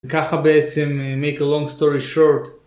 וככה בעצם make a long story short.